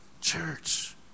church